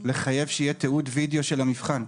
בהונגריה ובאוסטרליה.